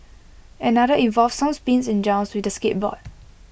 another involved some spins and jumps with the skateboard